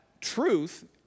truth